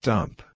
Dump